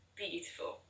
beautiful